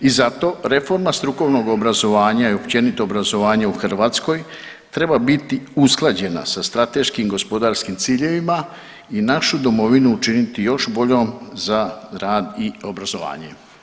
I zato reforma strukovnog obrazovanja i općenito obrazovanja u Hrvatskoj treba biti usklađena sa strateškim gospodarskim ciljevima i našu domovinu učiniti još boljom za rad i obrazovanje.